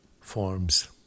forms